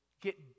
get